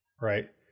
Right